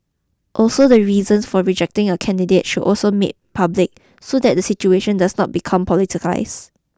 also the reasons for rejecting a candidate should also made public so that the situation does not become politicised